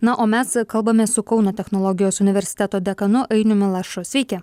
na o mes kalbamės su kauno technologijos universiteto dekanu ainiumi lašu sveiki